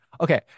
Okay